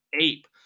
ape